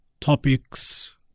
topics